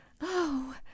Oh